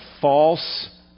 false